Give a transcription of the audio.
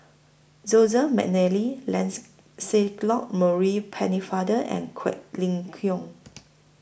Joseph Mcnally Lance Celot Maurice Pennefather and Quek Ling Kiong